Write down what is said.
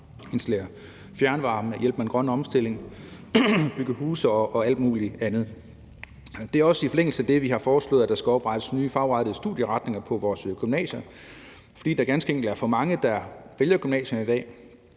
at installere fjernvarme, sikre den grønne omstilling, bygge huse og til alt muligt andet. Det er også i forlængelse af det, at vi har foreslået, at der skal oprettes nye fagrettede studieretninger på vores gymnasier, for der er ganske enkelt for mange, der vælger gymnasierne i dag.